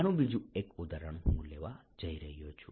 આનું બીજું એક ઉદાહરણ હું લેવા જઇ રહ્યો છું